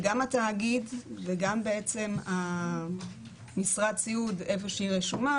וגם התאגיד וגם בעצם משרד הסיעוד שהיא רשומה